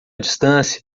distância